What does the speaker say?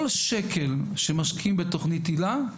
כל שקל שמשקיעים בתוכנית היל"ה,